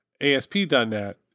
ASP.NET